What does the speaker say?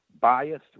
biased